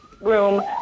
room